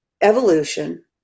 evolution